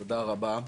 תודה רבה.